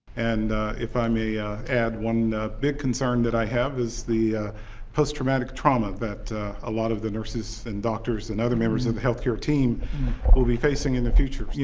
and if i may ah add one big concern that i have is the post-traumatic trauma that a lot of the nurses and doctors and other members of the health care team will be facing in the future. you